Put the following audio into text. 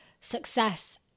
success